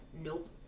nope